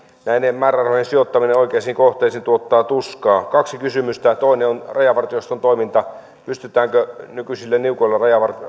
näiden määrärahojen sijoittaminen oikeisiin kohteisiin tuottaa tuskaa kaksi kysymystä toinen on rajavartioston toiminta pystytäänkö nykyisillä niukoilla